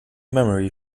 memory